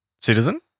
citizen